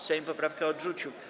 Sejm poprawkę odrzucił.